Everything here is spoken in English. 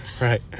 Right